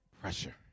pressure